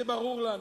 זה ברור לנו.